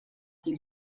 die